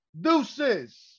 Deuces